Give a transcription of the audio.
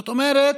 זאת אומרת,